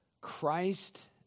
Christ